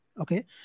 Okay